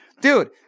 Dude